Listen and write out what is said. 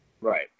Right